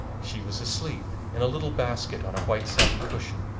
she was asleep in a little basket on a white satin cushion,